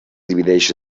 divideix